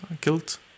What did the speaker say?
guilt